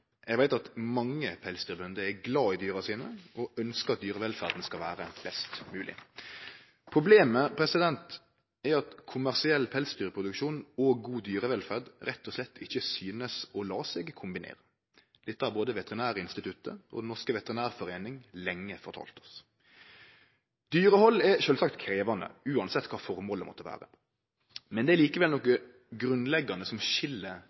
Eg veit at mange pelsdyrbønder er glade i dyra sine og ønskjer at dyrevelferda skal vere best mogleg. Problemet er at kommersiell pelsdyrproduksjon og god dyrevelferd rett og slett ikkje ser ut til å la seg kombinere. Dette har både Veterinærinstituttet og Den norske veterinærforening lenge fortalt oss. Dyrehald er sjølvsagt krevjande, uansett kva føremålet måtte vere, men det er likevel noko grunnleggjande som skil